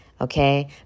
Okay